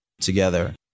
together